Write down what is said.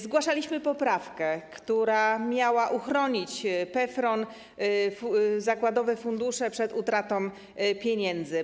Zgłaszaliśmy poprawkę, która miała uchronić PFRON, zakładowe fundusze przed utratą pieniędzy.